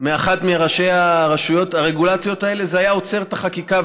מאחת מראשי הרגולציה האלה זה היה עוצר את החקיקה,